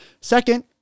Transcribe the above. Second